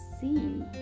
see